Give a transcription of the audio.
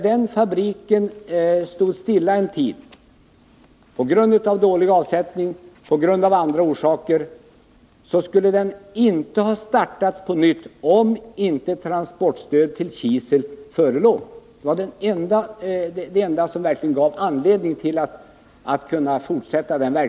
Den fabriken stod stilla en tid på grund av dålig avsättning och av andra skäl. Den skulle inte ha startats på nytt om inte transportstöd hade utgått för kisel. Transportstödet var det enda som gjorde att den verksamheten kunde fortsätta.